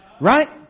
Right